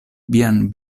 vian